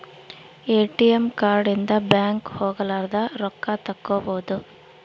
ATM card ಇಂದ bank ಹೋಗಲಾರದ ರೊಕ್ಕ ತಕ್ಕ್ಕೊಬೊದು